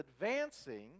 advancing